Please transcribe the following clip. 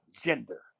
gender